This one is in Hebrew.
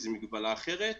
זו מגבלה אחרת.